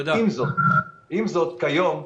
עם זאת, כיום,